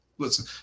listen